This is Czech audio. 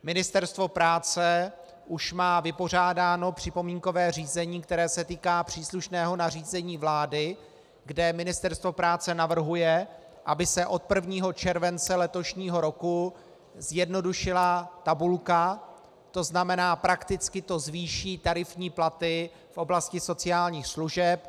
Ministerstvo práce už má vypořádáno připomínkové řízení, které se týká příslušného nařízení vlády, kde Ministerstvo práce navrhuje, aby se od 1. července letošního roku zjednodušila tabulka, tzn. prakticky to zvýší tarifní platy v oblasti sociálních služeb.